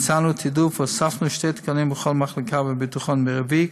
ביצענו תעדוף והוספנו שני תקנים בכל מחלקה בביטחון מרבי.